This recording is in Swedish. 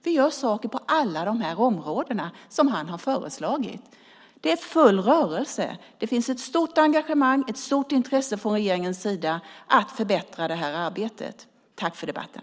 Vi gör saker på alla de områden som utredaren har föreslagit. Det är full rörelse, det finns ett stort engagemang, ett stort intresse från regeringens sida att förbättra det här arbetet. Tack för debatten!